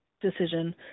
decision